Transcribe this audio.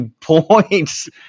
points